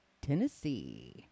tennessee